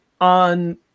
on